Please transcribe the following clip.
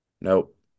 Nope